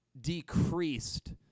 decreased